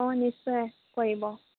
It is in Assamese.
অঁ নিশ্চয় আহ কৰিব